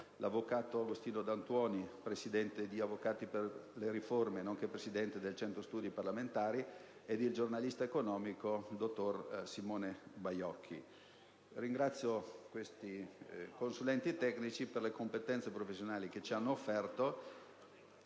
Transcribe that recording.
l'avvocato Agostino D'Antuoni, presidente di «Avvocati per le riforme» nonché presidente del Centro studi parlamentari; il giornalista economico dottor Simone Baiocchi. Ringrazio questi consulenti tecnici per le competenze professionali che ci hanno offerto,